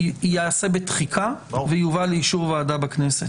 -- ייעשה בתחיקה ויובא לאישור ועדה בכנסת.